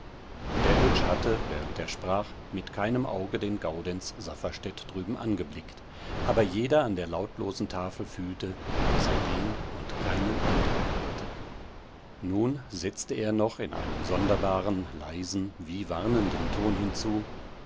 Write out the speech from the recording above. der oetsch hatte während er sprach mit keinem auge den gaudenz safferstätt drüben angeblickt aber jeder an der lautlosen tafel fühlte daß er den und keinen anderen meinte nun setzte er noch in einem sonderbaren leisen wie warnenden ton hinzu